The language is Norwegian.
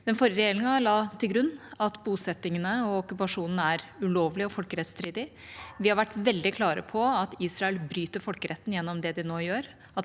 Den forrige regjeringa la til grunn at bosettingene og okkupasjonen er ulovlig og folkerettsstridig. Vi har vært veldig klare på at Israel bryter folkeretten gjennom det de nå gjør,